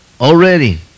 already